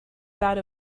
that